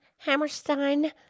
Hammerstein